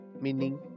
meaning